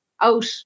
out